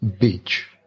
beach